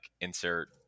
insert